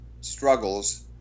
struggles